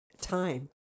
time